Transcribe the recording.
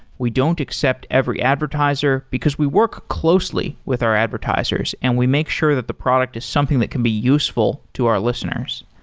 we don't accept every advertiser, because we work closely with our advertisers and we make sure that the product is something that can be useful to our listeners.